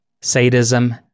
sadism